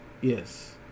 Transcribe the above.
Yes